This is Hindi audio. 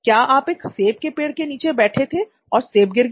क्या आप एक सेब के पेड़ के नीचे बैठे थे और सेब गिर गया